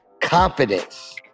Confidence